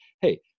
Hey